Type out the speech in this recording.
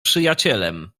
przyjacielem